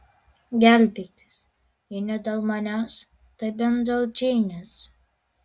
gelbėkis jei ne dėl manęs tai bent dėl džeinės